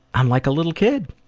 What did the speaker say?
i'm like a little kid.